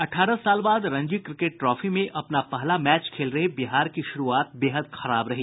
अठारह साल बाद रणजी क्रिकेट ट्राफी में अपना पहला मैच खेल रहे बिहार की शुरूआत बेहद खराब रही